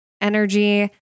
energy